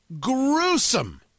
Gruesome